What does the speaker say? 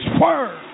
word